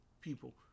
people